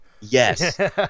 Yes